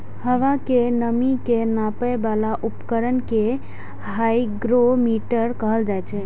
हवा के नमी के नापै बला उपकरण कें हाइग्रोमीटर कहल जाइ छै